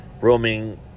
Roaming